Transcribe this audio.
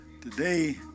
Today